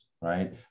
right